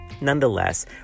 Nonetheless